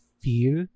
feel